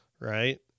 right